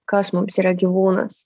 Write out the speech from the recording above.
kas mums yra gyvūnas